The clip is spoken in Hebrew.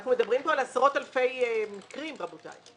אנחנו מדברים פה על עשרות אלפי מקרים רבותי.